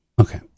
Okay